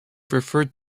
referred